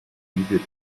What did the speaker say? beat